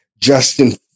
Justin